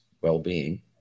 well-being